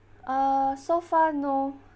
uh so far no